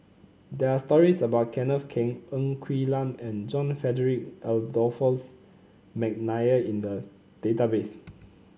there are stories about Kenneth Keng Ng Quee Lam and John Frederick Adolphus McNair in the database